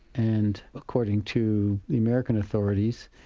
and according to the american authorities,